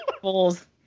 fools